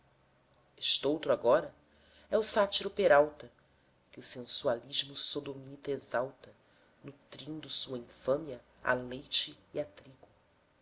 estoutro agora é o sátiro peralta que o sensualismo sodomita exalta nutrindo sua infâmia a leite e a trigo